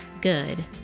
good